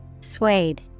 Suede